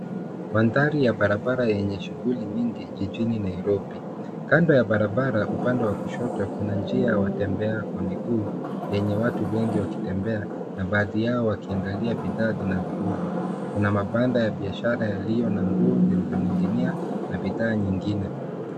Mandhari ya barabara yenye shughuli nyingi jijini Nairobi. Kando ya barabara upande wa kushoto kuna njia ya watembea kwa miguu lenye watu wengi wakitembea na baadhi yao wakiangalia bidhaa zinazouzwa. Kuna mabanda ya biashara yaliyo na nguo zilizoning'inia na bidhaa nyingine.